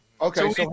Okay